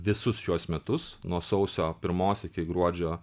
visus šiuos metus nuo sausio pirmos iki gruodžio